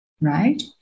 Right